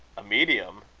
medium!